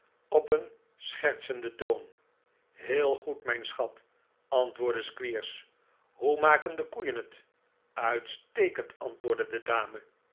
op een schertsenden toon heel goed mijn schaf antwoordde squeers hoe makende koeien net uitstekend antwoordde de dame